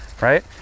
right